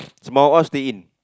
Sembawang all stay in